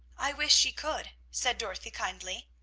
i wish she could, said dorothy kindly.